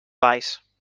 valls